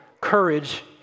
courage